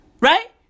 right